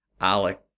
Alec